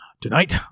Tonight